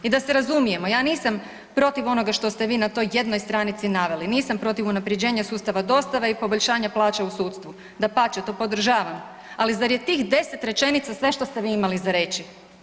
I da se razumijemo ja nisam protiv onoga što ste vi na toj jednoj stranici naveli, nisam protiv unapređenja sustava dostave i poboljšanje plaće u sudstvu, dapače to podržavam, ali zar je tih 10 rečenica sve što ste vi imali za reći.